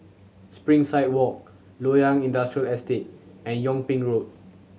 Springside Walk Loyang Industrial Estate and Yung Ping Road